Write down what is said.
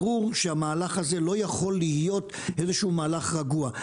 ברור שהמהלך הזה לא יכול להיות איזשהו מהלך רגוע.